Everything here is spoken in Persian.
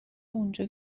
اونجا